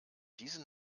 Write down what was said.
diese